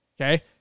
okay